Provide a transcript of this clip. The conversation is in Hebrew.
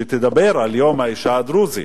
שתדבר על יום האשה הדרוזי.